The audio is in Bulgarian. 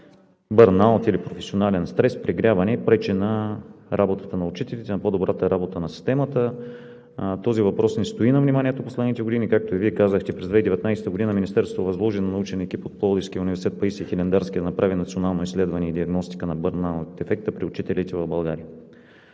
бърнаут или професионален стрес, прегряване, пречи на работата на учителите, на по-добрата работа на системата. Този въпрос не стои на вниманието през последните години. Както и Вие казахте, през 2019 г. Министерството възложи на научен екип от Пловдивския университет „Паисий Хилендарски“ да направи национално изследване и диагностика на бърнаут ефекта при учителите в България.